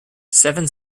seven